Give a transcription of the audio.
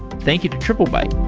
thank you to triplebyte